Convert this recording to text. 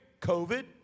COVID